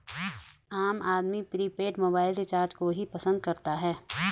आम आदमी prepaid mobile recharge को ही पसंद करता है